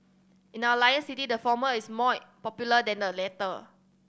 in our Lion City the former is more popular than the latter